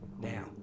Now